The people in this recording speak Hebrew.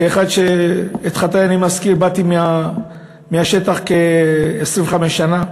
כאחד, את חטאי אני מזכיר, שבאתי מהשטח, כ-25 שנה: